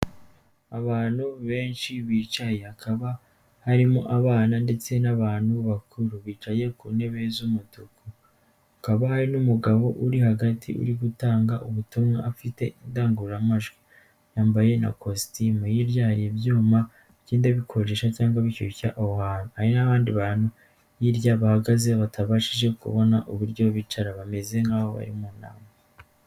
Abantu benshi bicaye hakaba harimo abana ndetse n'abantu bakuru, bicaye ku ntebe z'umutuku hakaba n'umugabo uri hagati uri gutanga ubutumwa afite indangururamajwi, yambaye na kositimu hirya hari ibyuma bigenda bikoresha cyangwa bishyushya aho hantu, hari n'abandi bantu hirya bahagaze batabashije kubona uburyo bicara bameze nk'abari mu nama.